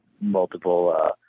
multiple